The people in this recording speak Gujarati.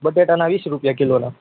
બટેકાના વીસ રૂપિયા કિલોના